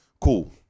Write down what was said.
Cool